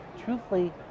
truthfully